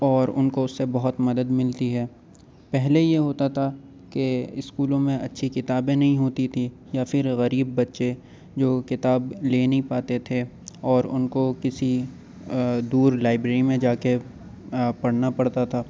اور ان کو اس سے بہت مدد ملتی ہے پہلے یہ ہوتا تھا کہ اسکولوں میں اچھی کتابیں نہیں ہوتی تھیں یا پھر غریب بچے جو کتاب لے نہیں پاتے تھے اور ان کو کسی دور لائبریری میں جا کے پڑھنا پڑتا تھا